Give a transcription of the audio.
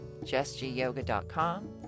JessGyoga.com